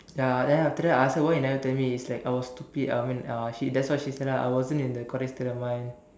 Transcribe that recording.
ya then after that I ask her why you never tell me it's like I was stupid I mean uh that's what she said lah I wasn't in a correct state of mind